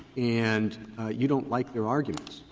and you don't like their arguments,